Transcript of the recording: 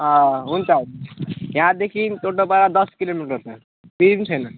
अँ हुन्छ यहाँदेखि टोटोपाडा दस किलोमिटर छ त्यति नै छैन